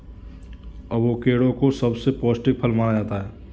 avocado को सबसे पौष्टिक फल माना जाता है